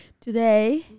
Today